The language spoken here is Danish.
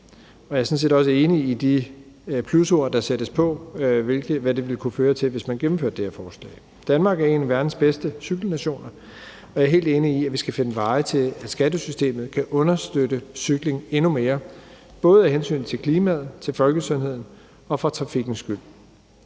set også enig i de plusord, der sættes på, i forhold til hvad det vil kunne føre til, hvis man gennemførte det her forslag. Danmark er en af verdens bedste cykelnationer, og jeg er helt enig i, at vi skal finde veje til, at skattesystemet kan understøtte cykling endnu mere, både af hensyn til klimaet, til folkesundheden og for trafikkens skyld.